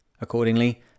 Accordingly